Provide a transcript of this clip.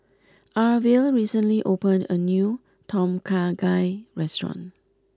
Arvil recently opened a new Tom Kha Gai restaurant